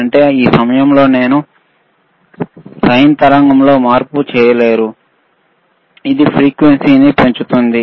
అంటే ఈ సమయంలో మీరు సైన్ తరంగంలో మార్పు చూడలేరు ఎందుకంటే ఇది ఫ్రీక్వెన్సీని పెంచుతోంది